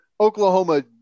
Oklahoma